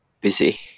busy